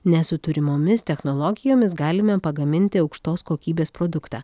nes su turimomis technologijomis galime pagaminti aukštos kokybės produktą